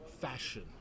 fashion